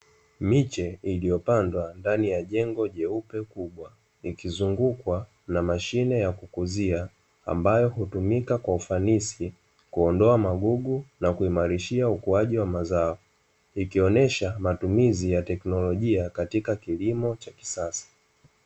Miche iliyopandwa ndani ya jengo jeupe kubwa, Ikizungukwa na mashine ya kukuzia ambayo hutumika kwa ufanisi kuondoa magugu na kuimalishia ukuaji wa mazao, Ikionyesha matumizi ya teknolojia katika kilimo cha kisasa.